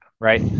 Right